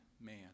man